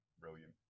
Brilliant